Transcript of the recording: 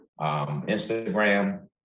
Instagram